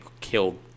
killed